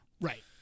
Right